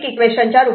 1Y0 B'A'